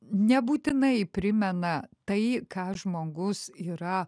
nebūtinai primena tai ką žmogus yra